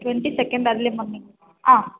twenty second early morning um